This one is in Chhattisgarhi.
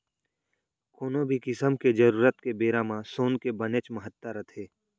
कोनो भी किसम के जरूरत के बेरा म सोन के बनेच महत्ता रथे